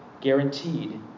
guaranteed